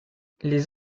les